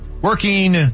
working